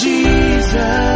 Jesus